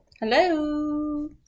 Hello